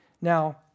Now